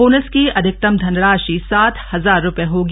bonus की अधिकतम धनराशि सात हजार रुपये होगी